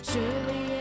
Surely